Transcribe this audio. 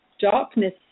darkness